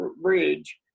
bridge